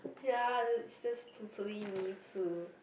ya that's that's totally me too